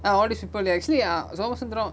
ah already super lah actually uh somasuntharam